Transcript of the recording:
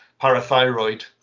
parathyroid